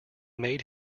made